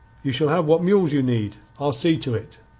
you shall have what mules you need. i'll see to it.